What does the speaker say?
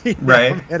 right